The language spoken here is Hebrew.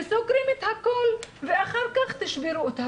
וסוגרים את הכל, ואחר-כך תשברו את הראש.